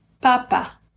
Papa